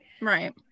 right